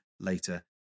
later